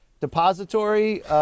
depository